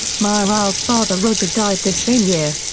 mireille's father roger died this same year.